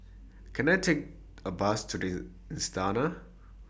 Can I Take A Bus to The Istana